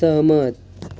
सहमत